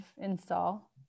install